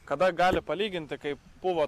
kada gali palyginti kaip buvo